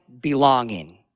belonging